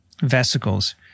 vesicles